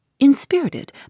Inspirited